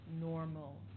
normal